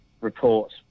report